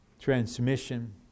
transmission